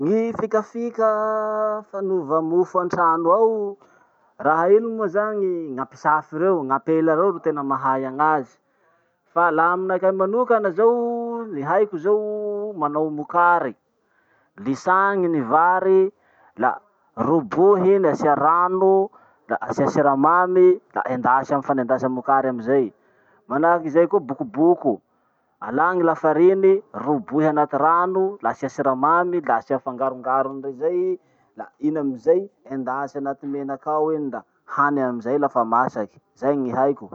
Gny fikafika fanaova mofo antrano ao. Raha iny moa zany gn'ampisafy reo gn'apela reo ro tena mahay agn'azy. Fa laha aminakahy manoka zao, ny haiko zao manao mokary. Lisagny ny vary la robohy iny asia rano la asia siramamy la endasy amy fanendasa mokary amizay. Manahakizay koa bokoboko, alà ny lafariny, robohy anaty rano, la asia siramamy, la asia fangarongarony re zay, la iny amizay endasy anaty menaky ao iny da hany amizay lafa masaky. Zay gny haiko.